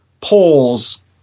polls